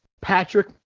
Patrick